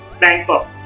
Bangkok